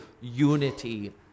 unity